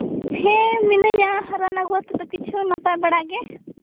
ᱦᱮᱸ ᱢᱤᱱᱟᱹᱧᱟ ᱨᱟᱱ ᱟᱹᱜᱩ ᱠᱟᱛᱮᱫ ᱫᱚ ᱠᱤᱪᱷᱩ ᱱᱟᱯᱟᱭ ᱵᱟᱲᱟ ᱜᱮ